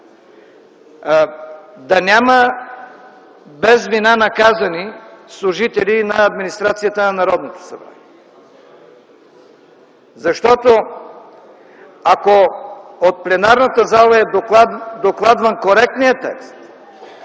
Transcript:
да няма без вина наказани служители на администрацията на Народното събрание. Защото ако от пленарната зала е докладван коректният текст,